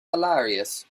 hilarious